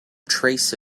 trace